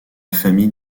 famille